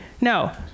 No